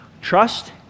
Trust